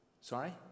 Sorry